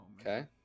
Okay